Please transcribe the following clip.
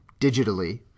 digitally